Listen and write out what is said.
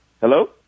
Hello